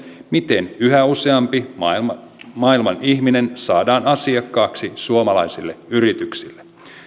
miten yhä useampi maailman maailman ihminen saadaan asiakkaaksi suomalaisille yrityksille